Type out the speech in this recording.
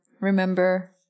remember